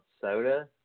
soda